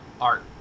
art